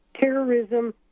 Terrorism